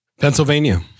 Pennsylvania